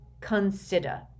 Consider